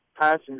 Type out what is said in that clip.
passenger